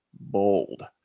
bold